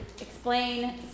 explain